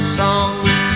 songs